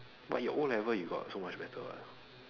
but your o-level you got so much better [what]